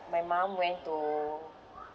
my mum went to